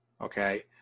okay